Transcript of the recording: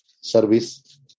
service